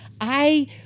I-